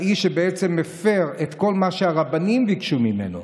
האיש שבעצם הפר את כל מה שהרבנים ביקשו ממנו.